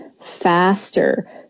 faster